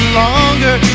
longer